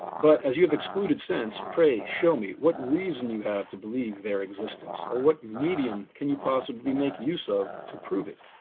but as you have excluded sense, pray show me what reason you have to believe their existence or what medium can you possibly make use of to prove it?